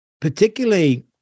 particularly